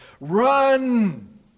Run